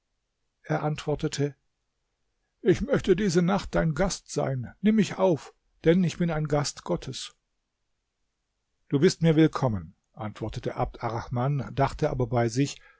er antwortete ich möchte diese nacht dein gast sein nimm mich auf denn ich bin ein gast gottes du bist mir willkommen antwortete abd arrahman dachte aber bei sich